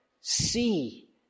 See